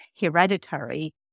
hereditary